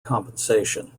compensation